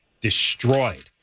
destroyed